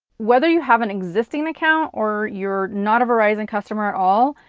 whether you have an existing account or your not a verizon customer at all,